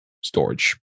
storage